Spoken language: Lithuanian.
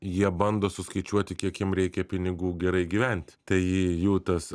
jie bando suskaičiuoti kiek jiem reikia pinigų gerai gyventi tai jų tas